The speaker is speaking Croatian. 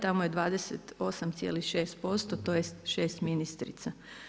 Tamo je 28,6%, tj. 6 ministrica.